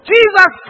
Jesus